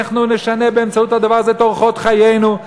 אנחנו נשנה באמצעות הדבר הזה את אורחות חיינו,